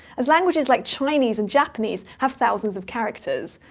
as languages like chinese and japanese have thousands of characters.